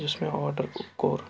یُس مےٚ آرڈَر کوٚر